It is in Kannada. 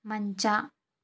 ಮಂಚ